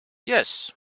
yes